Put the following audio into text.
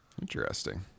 Interesting